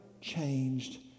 changed